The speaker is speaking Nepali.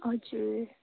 हजुर